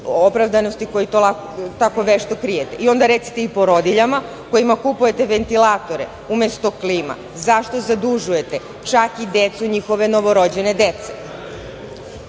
opravdanosti koju tako vešto krijete. Onda samo recite i porodiljama kojima kupujete ventilatore umesto klima, zašto zadužuje čak i decu njihove novorođene dece? Nema